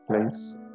place